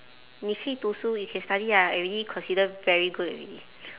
你去读书 you can study ah already consider very good already